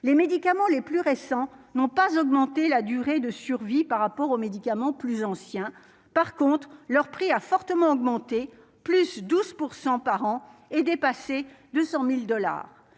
les médicaments les plus récents n'ont pas augmenté la durée de survie par rapport aux médicaments plus anciens par compte, leur prix a fortement augmenté, plus 12 % par an et dépasser 200000 dollars